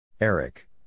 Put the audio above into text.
Eric